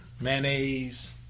Mayonnaise